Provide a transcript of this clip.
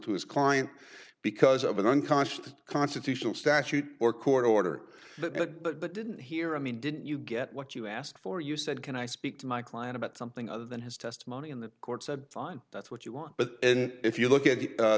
to his client because of an unconscious constitutional statute or court order that didn't hear i mean did you get what you asked for you said can i speak to my client about something other than his testimony in the court's a fine that's what you want but if you look at